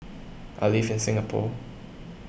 I live in Singapore